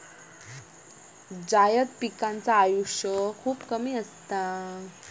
जायद पिकांचा आयुष्य खूप कमी असता